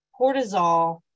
cortisol